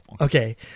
Okay